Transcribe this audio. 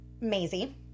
Maisie